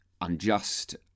unjust